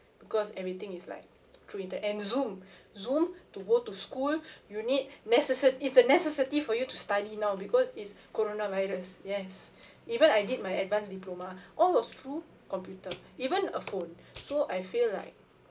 because everything is like through it tech and zoom zoom to go to school you need necessa~ it's a necessity for you to study now because is coronavirus yes even I did my advanced diploma all was through computer even a phone so I feel like